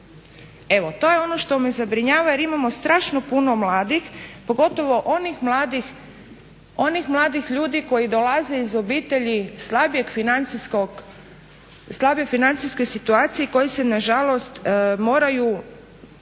Evo to je ono što me zabrinjava jer imamo strašno puno mladih pogotovo onih mladih ljudi koji dolaze iz obitelji slabije financijske situacije koje se nažalost moraju